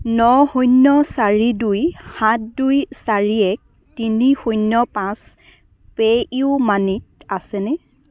ন শূন্য চাৰি দুই সাত দুই চাৰি এক তিনি শূন্য পাঁচ পে'ইউ মানিত আছেনে